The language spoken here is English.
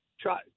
try